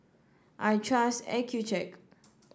I trust Accucheck